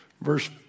Verse